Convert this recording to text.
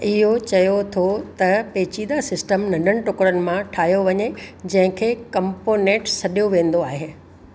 इहो चयो थो त पेचीदा सिस्टम नंढनि टुकड़नि मां ठाहियो वञे जंहिंखे कम्पोनेंटस सॾियो वेंदो आहे